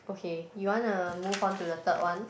okay you wanna move on to the third one